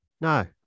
No